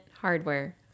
hardware